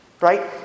Right